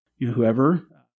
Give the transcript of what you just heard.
whoever